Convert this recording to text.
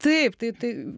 taip tai tai